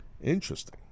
Interesting